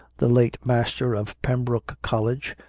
the late master of pembroke college,